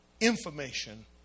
information